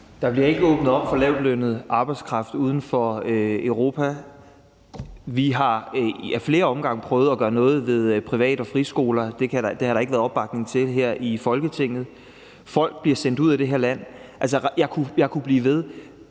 Der bliver ikke åbnet op for lavtlønnet arbejdskraft uden for Europa. Vi har ad flere omgange prøvet at gøre noget ved privat- og friskoler. Det har der ikke været opbakning til her i Folketinget. Folk bliver sendt ud af det her land. Altså, jeg kunne blive ved.